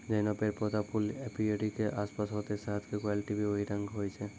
जैहनो पेड़, पौधा, फूल एपीयरी के आसपास होतै शहद के क्वालिटी भी वही रंग होय छै